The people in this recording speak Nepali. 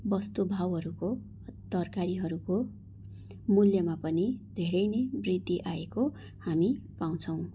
वस्तुभाउहरूको तरकारीहरूको मूल्यमा पनि धेरै नै वृद्धि आएको हामी पाउँछौँ